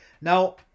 Now